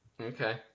Okay